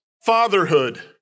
fatherhood